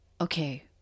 okay